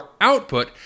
output